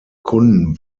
kunden